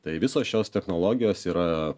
tai visos šios technologijos yra